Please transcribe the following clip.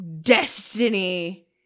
destiny